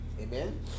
Amen